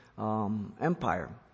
Empire